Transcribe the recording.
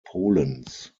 polens